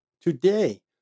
today